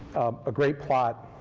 a great plot,